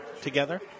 together